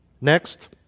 Next